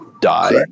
die